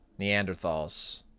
Neanderthals